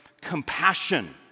compassion